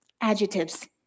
adjectives